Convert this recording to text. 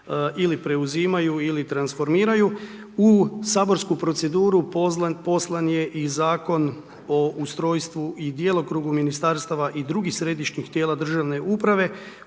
ili preuzimaju ili transformiraju. U saborsku proceduru poslan je i Zakon o ustrojstvu i djelokrugu Ministarstava i drugih Središnjih tijela državne uprave